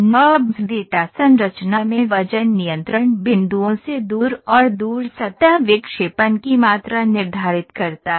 NURBS data संरचना में वजन नियंत्रण बिंदुओं से दूर और दूर सतह विक्षेपण की मात्रा निर्धारित करता है